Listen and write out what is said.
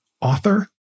author